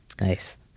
Nice